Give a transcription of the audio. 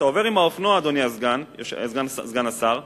אדוני סגן שר האוצר,